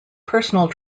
personal